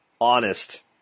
honest